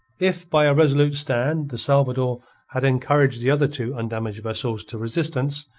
if by a resolute stand the salvador had encouraged the other two undamaged vessels to resistance,